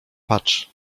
patrz